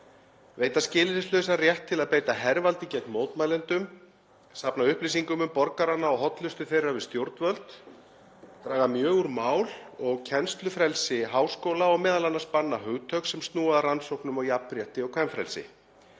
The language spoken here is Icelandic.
veita skilyrðislausan rétt til að beita hervaldi gegn mótmælendum, safna upplýsingum um borgarana og hollustu þeirra við stjórnvöld, draga mjög úr mál- og kennslufrelsi háskóla og m.a. banna hugtök sem snúa að rannsóknum á jafnrétti og kvenfrelsi,